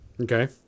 Okay